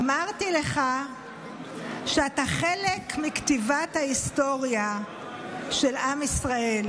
"אמרתי לך שאתה חלק מכתיבת ההיסטוריה של עם ישראל.